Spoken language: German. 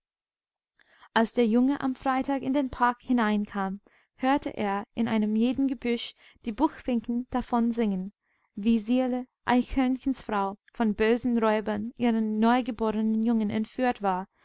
als der junge am freitag in den park hineinkam hörte er in einem jeden gebüsch die buchfinken davon singen wie sirle eichhörnchens frau von bösen räubern ihren neugeborenen jungen entführt war